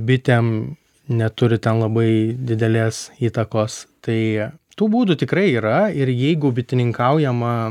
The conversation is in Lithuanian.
bitėm neturi ten labai didelės įtakos tai tų būdų tikrai yra ir jeigu bitininkaujama